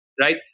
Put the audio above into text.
right